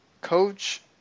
coach